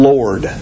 Lord